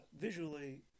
visually